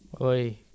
Oi